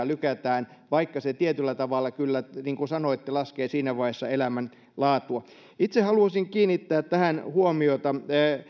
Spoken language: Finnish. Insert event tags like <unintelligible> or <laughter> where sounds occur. <unintelligible> lykätään vaikka se tietyllä tavalla kyllä niin kuin sanoitte laskee siinä vaiheessa elämänlaatua itse haluaisin kiinnittää huomiota tähän